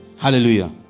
Hallelujah